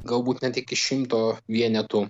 galbūt net iki šimto vienetų